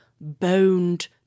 boned